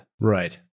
Right